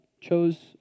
chose